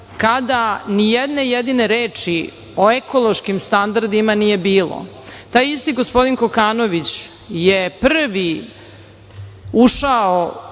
kada ni jedne jedine reči o ekološkim standardima nije bilo. Taj isti gospodin Kokanović je prvi ušao